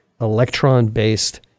electron-based